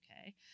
okay